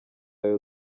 ayo